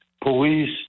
Police